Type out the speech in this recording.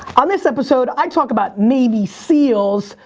on this episode i talk about navy seals,